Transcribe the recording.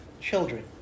children